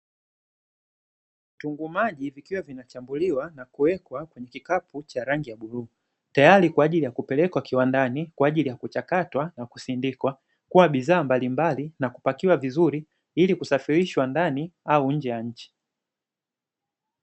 Vitunguu maji vikiwa vinachambuliwa na kuwekwa katika vikapu vya rangi ya bluu, tayari kwa ajili ya kupelekwa kiwandani kwa ajili ya kuchakatwa na kusindikwa kuwa bidhaa mbalimbali nakupakiwa vizuri ili kusafirishwa ndani au nje ya nchi.